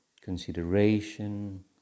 consideration